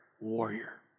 warrior